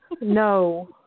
No